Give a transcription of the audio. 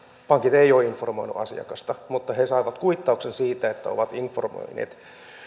pankit eivät ole informoineet asiakasta mutta he saavat kuittauksen siitä että ovat informoineet